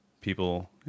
People